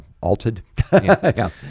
altered